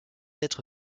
être